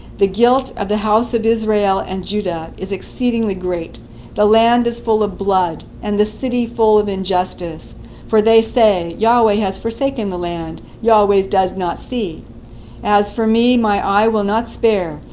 the guilt of the house of israel and judah is exceedingly great the land is full of blood, and the city full of injustice for they say, yahweh has forsaken the land, and yahweh does not see as for me, my eye will not spare,